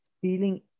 feeling